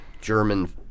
German